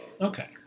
Okay